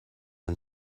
and